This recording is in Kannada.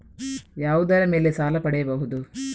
ಯಾವುದರ ಮೇಲೆ ಸಾಲ ಪಡೆಯಬಹುದು?